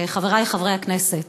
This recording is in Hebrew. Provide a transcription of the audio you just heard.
וחברי חברי הכנסת,